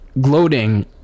gloating